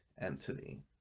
entity